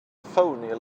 phoney